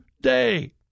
day